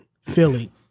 Philly